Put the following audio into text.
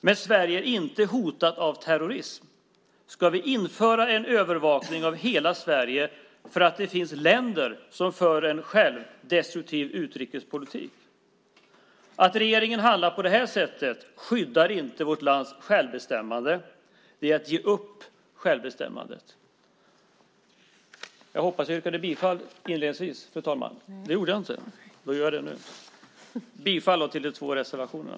När Sverige inte är hotat av terrorism ska vi införa en övervakning av hela Sverige för att det finns länder som för en självdestruktiv utrikespolitik. Att regeringen handlar på det här sättet skyddar inte vårt lands självbestämmande. Det är att ge upp självbestämmandet. Jag yrkar bifall till de två reservationerna.